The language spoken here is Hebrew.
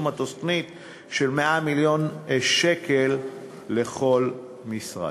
התוכנית ב-100 מיליון שקל כל משרד.